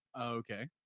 Okay